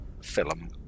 film